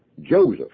Joseph